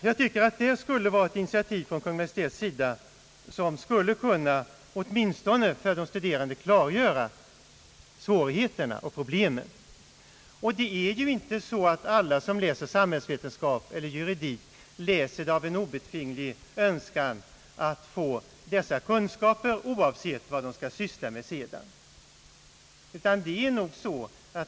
Jag tycker att ett initiativ från Kungl. Maj:ts sida skulle kunna för de studerande åtminstone klargöra svårigheterna och problemen. Det är ju inte så att alla som läser samhällsvetenskap eller juridik läser av en obetvinglig önskan att få dessa kunskaper, oavsett vad de skall syssla med sedan.